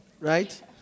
Right